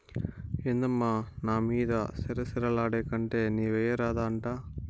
ఏందమ్మా నా మీద సిర సిర లాడేకంటే నీవెయ్యరాదా అంట